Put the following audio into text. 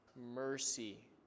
mercy